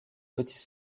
petits